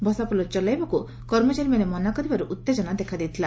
ଭସାପୋଲ ଚଲାଇବାକୁ କର୍ମଚାରୀମାନେ ମନା କରିବାରୁ ଉତ୍ତେଜନା ଦେଖାଦେଇଥିଲା